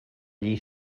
llei